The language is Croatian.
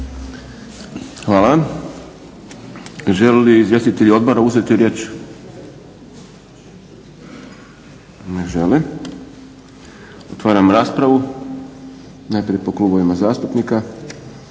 Hvala. Žele li izvjestitelji odbora uzeti riječ? Ne žele. Otvaram raspravu. Najprije po klubovima zastupnika.